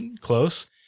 close